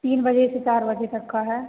तीन बजे से चार बजे तक का है